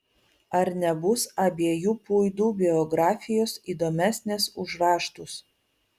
ar nebus abiejų puidų biografijos įdomesnės už raštus